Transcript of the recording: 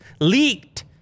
Leaked